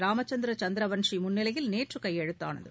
ராமச்சந்திர சந்திரவன்சி முன்னிலையில் நேற்று கையெழுத்தானது